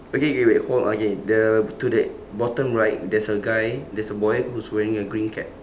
okay okay wait hold okay the to the bottom right there's a guy there's a boy who is wearing a green cap